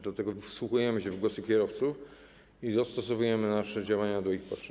Dlatego wsłuchujemy się w głosy kierowców i dostosowujemy nasze działania do ich potrzeb.